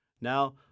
Now